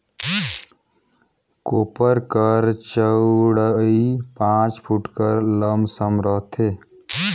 कोपर कर चउड़ई पाँच फुट कर लमसम रहथे